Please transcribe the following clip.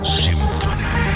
symphony